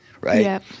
right